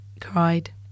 cried